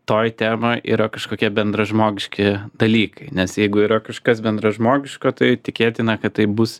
toj temoj yra kažkokie bendražmogiški dalykai nes jeigu yra kažkas bendražmogiška tai tikėtina kad tai bus